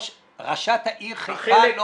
ראשת העיר חיפה לא